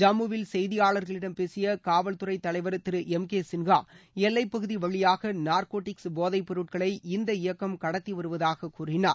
ஜம்முவில் செய்தியாளர்களிடம் பேசிய காவல்துறை தலைவர் திரு எம் கே சின்ஹா எல்லைப்பகுதி வழியாக நார்கோட்டிக்ஸ் போதைப் பொருட்களை இந்த இயக்கம் கடத்தி வருவதாக கூறினார்